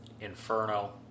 Inferno